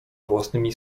własnymi